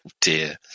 dear